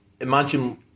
imagine